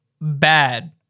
bad